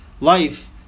life